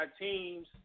teams